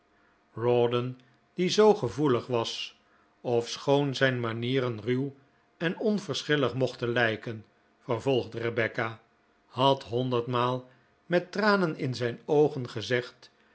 rawdon die zoo gevoelig was ofschoon zijn manieren ruw en onverschillig mochten lijken vervolgde rebecca had honderd maal met tranen in zijn oogen gezegd